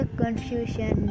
confusion